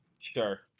Sure